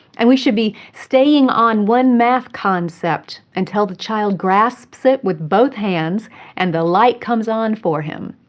and we should be staying on one math concept until the child grasps it with both hands and the light comes on for him.